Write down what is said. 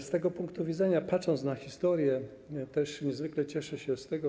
Z tego punktu widzenia, patrząc na historię, też niezwykle cieszę się z tego.